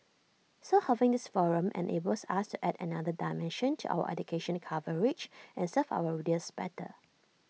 so having this forum enables us to add another dimension to our education coverage and serve our readers better